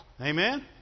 Amen